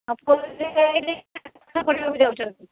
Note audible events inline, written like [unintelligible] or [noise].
ହଁ [unintelligible] ଆସିଲି ପାଠ ପଢ଼ିବାକୁ ଯାଉଛନ୍ତି